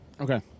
Okay